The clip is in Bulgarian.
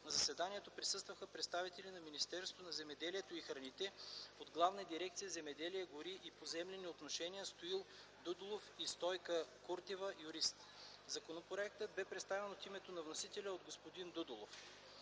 На заседанието присъстваха представители на Министерството на земеделието и храните: от Главна дирекция „Земеделие, гори и поземлени отношения” – Стоил Дудулов, и Стойка Куртева - юрист. Законопроектът бе представен от името на вносителя от господин Дудулов.